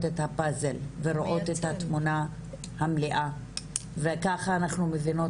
את הפאזל ורואות את התמונה המלאה וככה אנחנו מבינות,